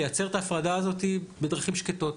לייצר את ההפרדה הזאת בדרכים שקטות.